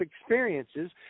experiences